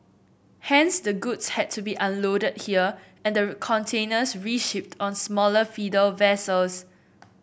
hence the goods had to be unloaded here and the containers reshipped on smaller feeder vessels